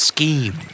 Scheme